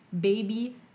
Baby